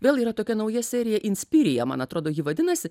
vėl yra tokia nauja serija inspirija man atrodo ji vadinasi